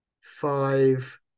five